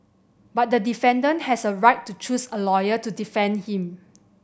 but the defendant has a right to choose a lawyer to defend him